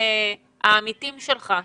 העמיתים שלך,